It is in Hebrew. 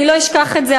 אני לא אשכח את זה,